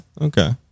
Okay